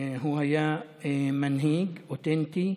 הוא היה מנהיג אותנטי,